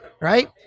Right